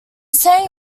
saint